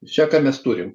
čia ką mes turim